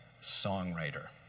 songwriter